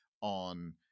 on